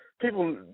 people